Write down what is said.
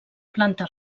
planta